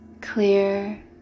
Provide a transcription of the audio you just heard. clear